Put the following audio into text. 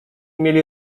mieli